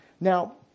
now